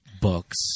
books